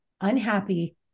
unhappy